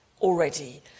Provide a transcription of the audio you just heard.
already